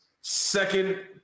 second